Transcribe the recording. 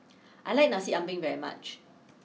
I like Nasi Ambeng very much